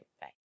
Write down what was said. Bye